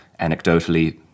anecdotally